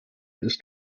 ist